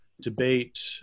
debate